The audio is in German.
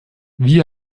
wie